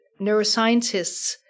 neuroscientists